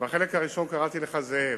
בחלק הראשון קראתי לך זאב,